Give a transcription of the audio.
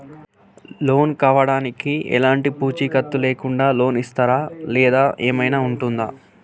Loan కావడానికి ఎలాంటి పూచీకత్తు లేకుండా లోన్ ఇస్తారా దానికి ఏమైనా ఉంటుందా?